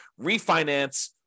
refinance